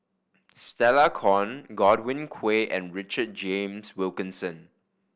Stella Kon Godwin Koay and Richard James Wilkinson